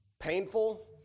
Painful